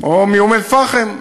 או מאום-אלפחם.